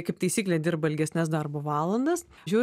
kaip taisyklė dirba ilgesnes darbo valandas